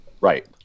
Right